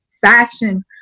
fashion